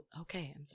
Okay